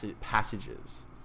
passages